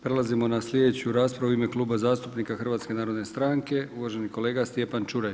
Prelazimo na slijedeću raspravu u ime Kluba zastupnika HNS-a, uvaženi kolega Stjepan Čuraj.